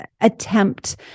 attempt